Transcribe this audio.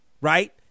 right